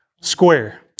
square